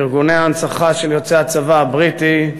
ארגוני ההנצחה של יוצאי הצבא הבריטי,